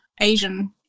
Asian